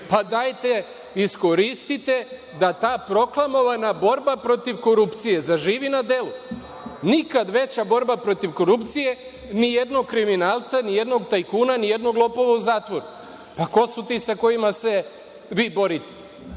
dajte, iskoristite da ta proklamovana borba protiv korupcije zaživi na delu. Nikad veća borba protiv korupcije, a nijednog kriminalca, nijednog tajkuna, nijednog lopova u zatvoru. Pa, ko su ti sa kojima se vi borite. Dajte,